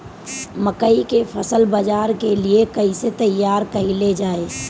मकई के फसल बाजार के लिए कइसे तैयार कईले जाए?